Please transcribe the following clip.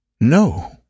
No